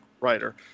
writer